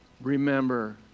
remember